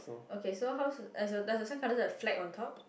okay so how's does your does your sandcastle have flag on top